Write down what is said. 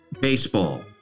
baseball